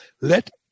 Let